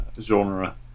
genre